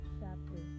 chapter